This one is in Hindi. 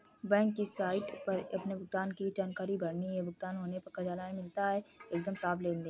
बैंक की साइट पर अपने भुगतान की जानकारी भरनी है, भुगतान होने का चालान भी मिलता है एकदम साफ़ लेनदेन